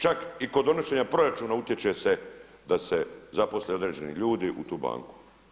Čak i kod donošenja proračuna utječe se da se zaposle određeni ljudi u tu banku.